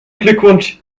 glückwunsch